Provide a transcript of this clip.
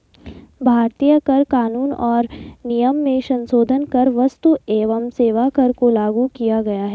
भारतीय कर कानून और नियम में संसोधन कर क्स्तु एवं सेवा कर को लागू किया गया है